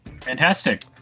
Fantastic